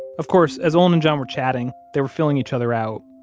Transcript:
of course, as olin and john were chatting, they were feeling each other out.